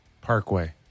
Parkway